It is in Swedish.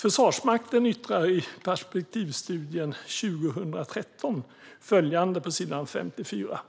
Försvarsmakten yttrar i perspektivstudien 2013 följande på s. 54: